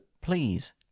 please